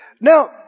Now